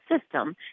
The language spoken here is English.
system